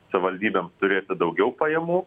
savivaldybėms turėti daugiau pajamų